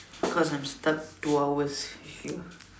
cause I'm stuck two hours here